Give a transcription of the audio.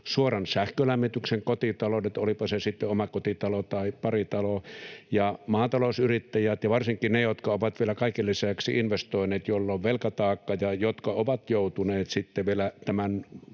suoran sähkölämmityksen kotitaloudet, olipa se sitten omakotitalo tai paritalo, ja maatalousyrittäjät ja varsinkin ne, jotka ovat vielä kaiken lisäksi investoineet ja joilla on velkataakka ja jotka ovat joutuneet sitten vielä